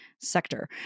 sector